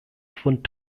von